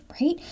right